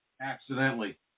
accidentally